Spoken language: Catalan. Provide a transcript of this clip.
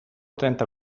trenta